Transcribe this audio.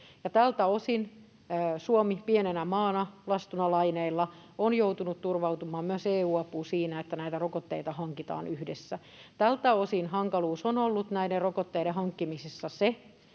Tältä osin Suomi pienenä maana, lastuna laineilla, on joutunut turvautumaan myös EU-apuun siinä, että näitä rokotteita hankitaan yhdessä. Tältä osin hankaluus on ollut näiden rokotteiden hankkimisessa se,